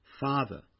Father